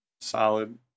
solid